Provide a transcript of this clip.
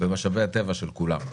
במשאבי הטבע של כולנו.